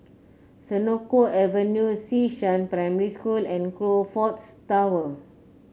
Senoko Avenue Xishan Primary School and Crockfords Tower